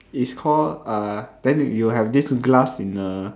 is call uh then you have this glass in a